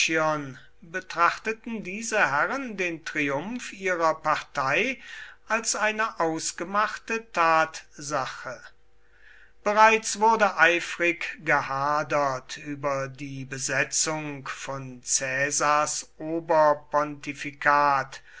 betrachteten diese herren den triumph ihrer partei als eine ausgemachte tatsache bereits wurde eifrig gehadert über die besetzung von caesars